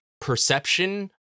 perception